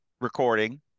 recording